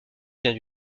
vient